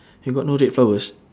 you got no red flowers